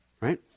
right